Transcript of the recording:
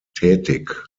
tätig